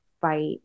fight